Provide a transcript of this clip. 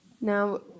Now